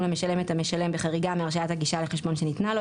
למשלם את המשלם בחריגה מהרשאת הגישה לחשבון שניתנה לו,